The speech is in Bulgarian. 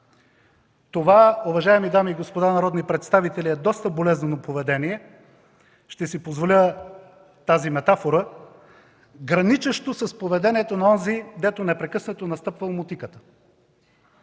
Това, уважаеми дами и господа народни представители, е доста болезнено поведение, ще си позволя тази метафора – граничещо с поведението на онзи, дето непрекъснато настъпва мотиката.